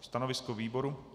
Stanovisko výboru?